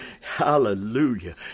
hallelujah